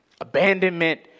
abandonment